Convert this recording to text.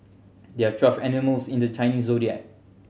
there are twelve animals in the Chinese Zodiac